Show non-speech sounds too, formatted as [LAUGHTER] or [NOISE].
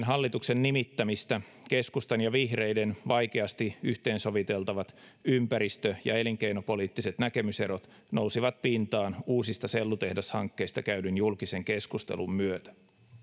[UNINTELLIGIBLE] hallituksen nimittämistä keskustan ja vihreiden vaikeasti yhteensoviteltavat ympäristö ja elinkeinopoliittiset näkemyserot nousivat pintaan uusista sellutehdashankkeista käydyn julkisen keskustelun myötä